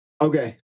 Okay